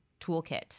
toolkit